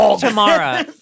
Tomorrow